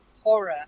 horror